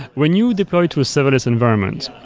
when you deploy to a serverless environment,